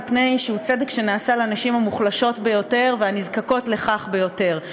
מפני שהוא צדק שנעשה לנשים המוחלשות ביותר והנזקקות לכך ביותר.